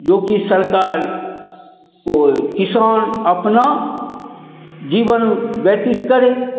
जो कि सरकार किसान अपना जीवन व्यतीत करे